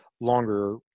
longer